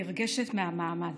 נרגשת מהמעמד.